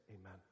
amen